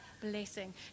blessing